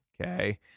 Okay